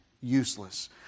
useless